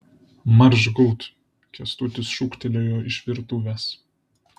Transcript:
marš gult kęstutis šūktelėjo iš virtuvės